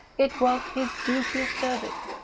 it was his duteous service,